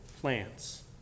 plants